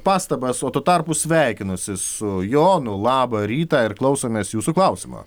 pastabas o tuo tarpu sveikinuosi su jonu labą rytą ir klausomės jūsų klausimo